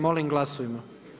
Molim glasujmo.